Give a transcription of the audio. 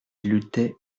luttait